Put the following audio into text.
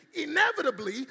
inevitably